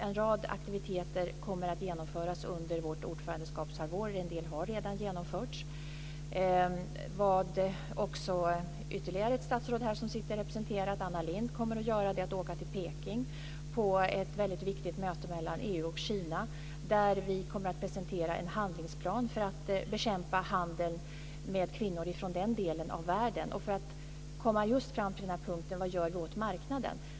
En rad aktiviteter kommer att genomföras under vårt ordförandeskapshalvår och en del har redan genomförts. Ytterligare ett statsråd som är representerat här är Anna Lindh. Hon kommer att åka till Peking på ett väldigt viktigt möte mellan EU och Kina, där hon kommer att presentera en handlingsplan för att bekämpa handeln med kvinnor från den delen av världen och för att komma fram till just den punkten vad vi ska göra åt marknaden.